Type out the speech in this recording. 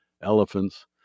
elephants